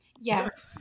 Yes